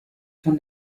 von